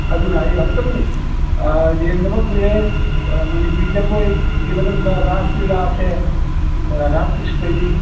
ꯑꯗꯨꯅ ꯑꯩ ꯑꯃꯨꯛꯇꯪ ꯌꯦꯡꯗꯕ ꯀꯨꯏꯔꯦ ꯃꯅꯤꯄꯨꯔꯤ ꯖꯒꯣꯏꯒꯤ ꯃꯅꯨꯡꯗ ꯔꯥꯁ ꯂꯤꯂꯥꯁꯦ ꯔꯙꯥ ꯀ꯭ꯔꯤꯁꯅꯥꯒꯤ